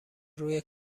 روی